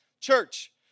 church